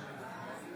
סלימאן,